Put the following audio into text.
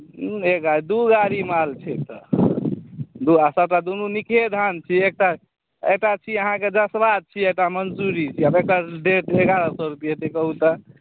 एक गाड़ी दू गाड़ी माल छै तऽ दू आ सभटा दुनू निकहे धान छै एकटा एकटा छी अहाँके जसवा छी एकटा मन्सूरी छी आब एकर रेट एगारह सए रुपए हेतै कहू तऽ